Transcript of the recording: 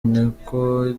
nteko